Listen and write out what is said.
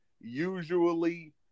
usually